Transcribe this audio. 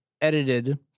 edited